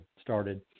started